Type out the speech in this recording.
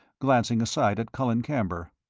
glancing aside at colin camber.